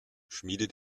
schmiedet